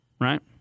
right